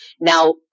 Now